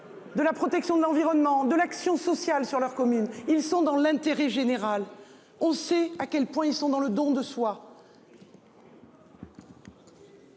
De la protection de l'environnement de l'action sociale sur leur commune, ils sont dans l'intérêt général. On sait à quel point ils sont dans le don de soi.